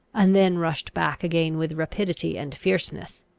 and then rushed back again with rapidity and fierceness.